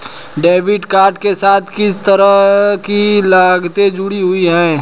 Debit card के साथ किस तरह की लागतें जुड़ी हुई हैं?